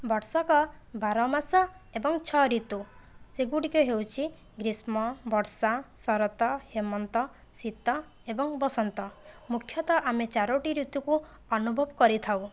ବର୍ଷକ ବାର ମାସ ଏବଂ ଛଅ ଋତୁ ସେଗୁଡ଼ିକ ହେଉଚି ଗ୍ରୀଷ୍ମ ବର୍ଷା ଶରତ ହେମନ୍ତ ଶୀତ ଏବଂ ବସନ୍ତ ମୁଖ୍ୟତଃ ଆମେ ଚାରୋଟି ଋତୁକୁ ଅନୁଭବ କରିଥାଉ